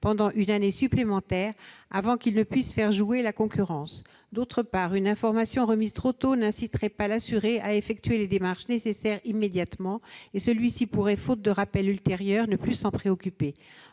pendant une année supplémentaire avant qu'il ne puisse faire jouer la concurrence. D'autre part, une information remise trop tôt n'inciterait pas l'assuré à effectuer les démarches nécessaires immédiatement, et celui-ci pourrait, faute de rappel ultérieur, ne plus s'en préoccuper.